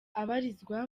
abarizwa